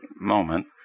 moment